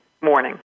morning